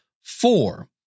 four